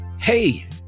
hey